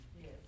Yes